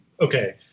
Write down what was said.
Okay